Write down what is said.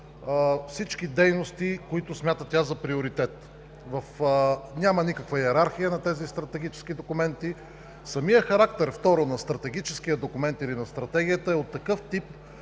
всички дейности, които смята тя за приоритет. Няма никаква йерархия на тези стратегически документи. Самият характер, второ на стратегическият документ или на Стратегията, е от такъв тип,